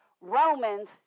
Romans